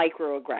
microaggressions